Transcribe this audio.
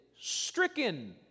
stricken